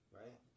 right